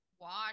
watch